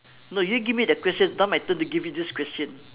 no you give me the question now my turn to give you this question